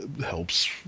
helps